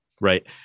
Right